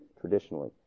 traditionally